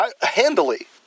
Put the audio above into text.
handily